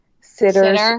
sitters